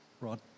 Rod